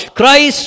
Christ